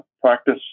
practice